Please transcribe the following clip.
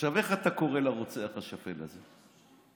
איך אתה קורא לרוצח השפל הזה?